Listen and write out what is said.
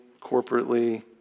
corporately